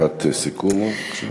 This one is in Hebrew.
משפט סיכום רק, בבקשה.